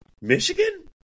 Michigan